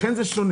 לכן זה שונה.